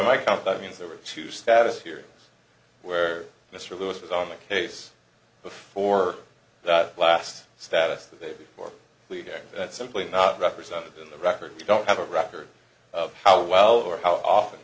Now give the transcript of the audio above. my count that means there were two status hearings where mr lewis was on the case before that last status the day before that's simply not represented in the record we don't have a record of how well or how often